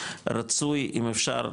רצוי אם אפשר,